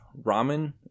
ramen